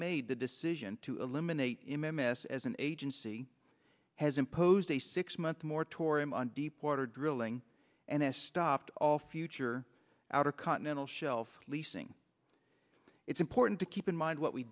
made the decision to eliminate him m s as an agency has imposed a six month moratorium on deepwater drilling and as stopped all future outer continental shelf leasing it's important to keep in mind what we